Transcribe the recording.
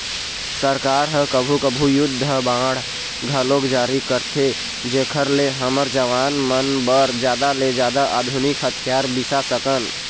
सरकार ह कभू कभू युद्ध बांड घलोक जारी करथे जेखर ले हमर जवान मन बर जादा ले जादा आधुनिक हथियार बिसा सकन